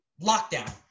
lockdown